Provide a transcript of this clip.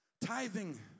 Tithing